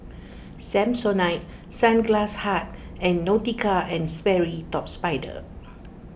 Samsonite Sunglass Hut and Nautica and Sperry Top Sider